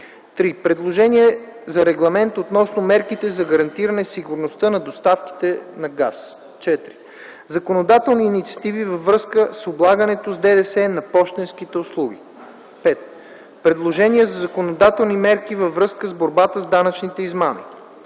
3. Предложение за Регламент относно мерките за гарантиране сигурността на доставките на газ. 4. Законодателни инициативи във връзка с облагането с ДДС на пощенските услуги. 5. Предложения за законодателни мерки във връзка с борбата с данъчните измами.